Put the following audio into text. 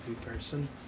person